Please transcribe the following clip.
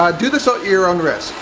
um do this ah at your own risk,